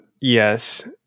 yes